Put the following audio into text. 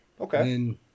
Okay